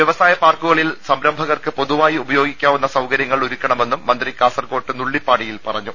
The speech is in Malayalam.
വ്യവസായ പാർക്കുകളിൽ സംരംഭകർക്ക് പൊതുവായി ഉപയോഗിക്കാവുന്ന സൌകര്യങ്ങൾ ഒരുക്കണമെന്നും മന്ത്രി കാസർക്കോട് നുള്ളിപ്പാടിയിൽ പറഞ്ഞു